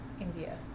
India